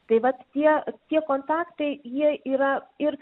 tai vat tie tie kontaktai jie yra ir